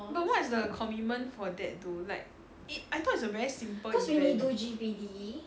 but what is the commitment for that though like it I thought it's a very simple event for what